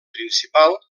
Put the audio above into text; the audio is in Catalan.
principal